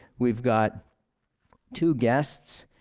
we've got two guests.